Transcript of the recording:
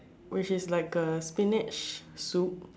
which is like a spinach soup